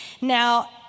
Now